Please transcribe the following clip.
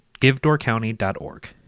givedoorcounty.org